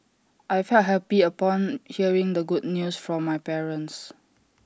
I felt happy upon hearing the good news from my parents